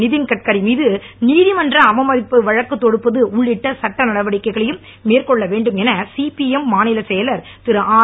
நித்தின் கட்கரி மீது நீதிமன்ற அவமதிப்பு வழக்குத் தொடுப்பது உள்ளிட்ட சட்ட நடவடிக்கைகளையும் மேற்கொள்ள வேண்டும் என சிபிஎம் மாநிலச் செயலர் திருஆர்